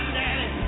daddy